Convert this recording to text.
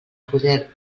poder